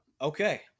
Okay